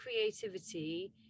creativity